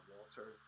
Walter